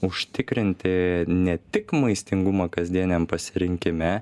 užtikrinti ne tik maistingumą kasdieniam pasirinkime